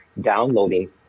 downloading